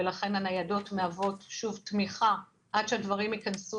ולכן הניידות מהוות תמיכה עד שהדברים ייכנסו